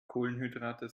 kohlenhydrate